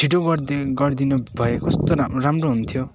छिटो गर्दी गर्दिनु भए कस्तो राम् राम्रो हुन्थ्यो